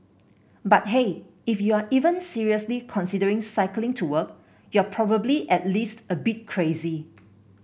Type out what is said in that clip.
but hey if you're even seriously considering cycling to work you're probably at least a bit crazy